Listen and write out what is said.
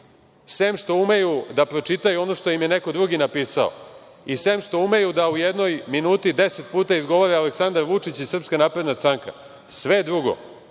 sem što umeju da pročitaju ono što im je neko drugi napisao i sem što umeju da u jednoj minuti deset puta izgovore Aleksandar Vučić i SNS, sve drugo,